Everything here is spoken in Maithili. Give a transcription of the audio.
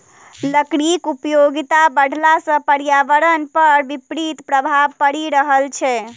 लकड़ीक उपयोगिता बढ़ला सॅ पर्यावरण पर विपरीत प्रभाव पड़ि रहल छै